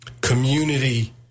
community